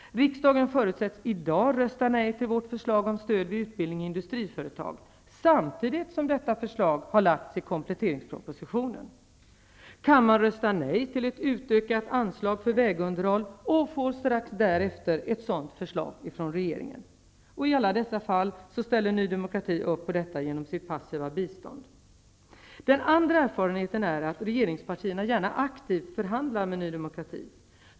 Riksdagen förutsätts i dag rösta nej till vårt förslag om stöd vid utbildning i industriföretag, samtidigt som detta förslag har lagts fram i kompletteringspropositionen. Kammaren röstar nej till ett utökat anslag för vägunderhåll och får strax därefter ett sådant förslag från regeringen. I alla dessa fall ställer Ny demokrati upp på detta genom sitt passiva bistånd. Den andra erfarenheten är att regeringspartierna gärna aktivt förhandlar med Ny demokrati.